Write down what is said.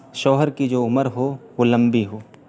شوہر کی جو عمر ہو وہ لمبی ہو